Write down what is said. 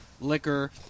Liquor